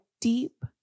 deep